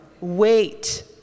wait